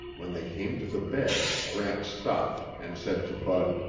when they came to the bed, gramps stopped and said to bud,